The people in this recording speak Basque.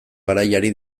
garaiari